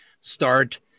start